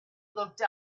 looked